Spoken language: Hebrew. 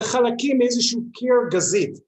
חלקים מאיזשהו קיר גזית